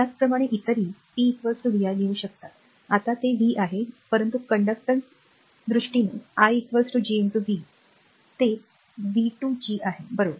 त्याचप्रमाणे इतरही p vi लिहू शकतात आता ते v आहे परंतु आचार दृष्टीने i G v ते v2 G आहे बरोबर